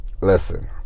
listen